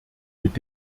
mit